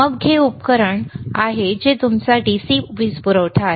मग हे उपकरण आहे जे तुमचा DC वीज पुरवठा आहे